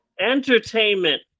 entertainment